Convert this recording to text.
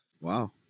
Wow